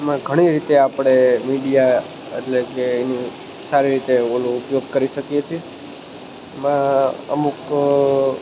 એમાં ઘણી રીતે આપણે મીડિયા એટલે કે એનું સારી રીતે ઓલો ઉપયોગ કરી શકીએ છીએ એમાં અમુક